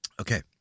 Okay